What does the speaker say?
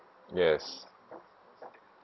yes